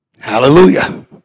Hallelujah